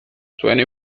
twenty